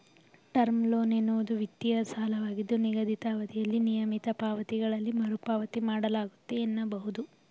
term loan ಎನ್ನುವುದು ವಿತ್ತೀಯ ಸಾಲವಾಗಿದ್ದು ನಿಗದಿತ ಅವಧಿಯಲ್ಲಿ ನಿಯಮಿತ ಪಾವತಿಗಳಲ್ಲಿ ಮರುಪಾವತಿ ಮಾಡಲಾಗುತ್ತೆ ಎನ್ನಬಹುದು